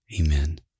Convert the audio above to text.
Amen